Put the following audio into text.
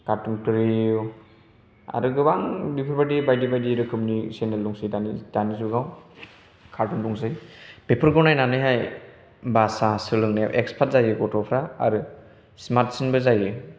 cartoon क्रिउ आरो गोबां बेफोरबायदि बायदि बायदि रोखोमनि सेनेल दंसै दानि जुगाव कार्टुन दंसै बेफोरखौ नायनानैहाय भासा सोलोंनायाव एक्सपार्ट जायो गथ'फोरा आरो स्मार्ट सिनबो जायो